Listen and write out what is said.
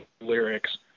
lyrics